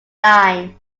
line